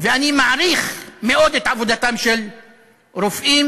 ואני מעריך מאוד את עבודתם של רופאים